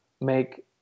make